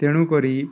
ତେଣୁକରି